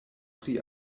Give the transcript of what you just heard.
pri